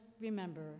remember